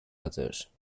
others